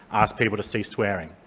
asked people to cease swearing.